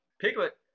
Piglet